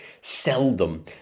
Seldom